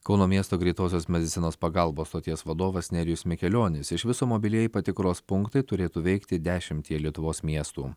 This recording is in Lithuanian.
kauno miesto greitosios medicinos pagalbos stoties vadovas nerijus mikelionis iš viso mobilieji patikros punktai turėtų veikti dešimtyje lietuvos miestų